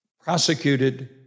prosecuted